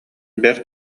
бэрт